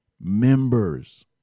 members